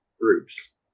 groups